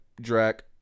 Drac